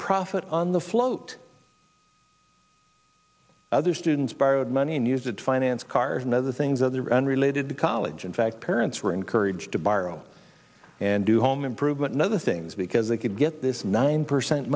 profit on the float other students borrowed money and use it to finance cars and other things other unrelated to college in fact parents were encouraged to borrow and do home improvement in other things because they could get this nine percent